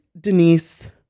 Denise